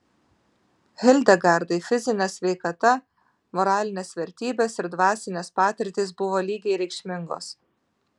hildegardai fizinė sveikata moralinės vertybės ir dvasinės patirtys buvo lygiai reikšmingos